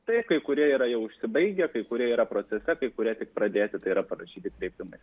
tai kai kurie yra jau užsibaigę kai kurie yra procese kai kurie tik pradėti tai yra parašyti kreipimąsi